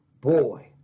Boy